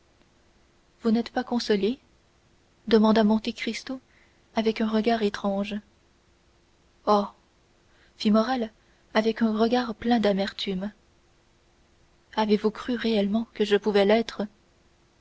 vous n'êtes pas consolé demanda monte cristo avec un regard étrange oh fit morrel avec un regard plein d'amertume avez-vous cru réellement que je pouvais l'être